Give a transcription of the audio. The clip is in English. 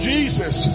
Jesus